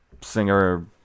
singer